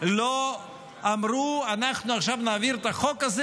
לא אמרו: אנחנו עכשיו נעביר את החוק הזה